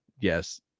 Yes